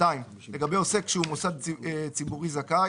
"(2)לגבי עוסק שהוא מוסד ציבורי זכאי,